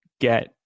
get